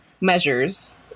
measures